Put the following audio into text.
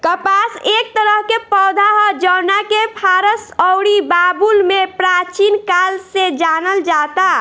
कपास एक तरह के पौधा ह जवना के फारस अउरी बाबुल में प्राचीन काल से जानल जाता